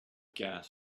gas